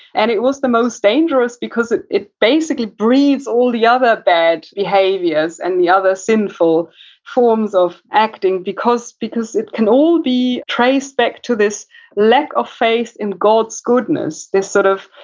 and it was the most dangerous because it it basically breeds all the other bad behaviors, and the other sinful sinful forms of acting because because it can all be traced back to this lack of faith in god's goodness. this sort of,